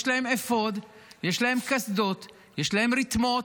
יש להם אפוד, יש להם קסדות, יש להם רתמות,